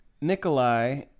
Nikolai